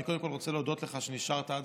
אני קודם כול רוצה להודות לך שנשארת עד